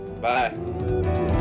bye